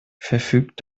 verfügt